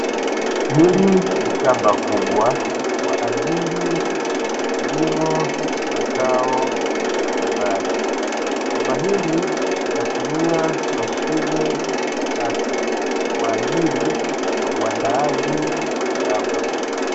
Hili ni shamba kubwa kwa ajili ya mazao mbalimbali, shamba hili linatumia mashine ya kisasa kwa ajili ya uandaaji wa shamba.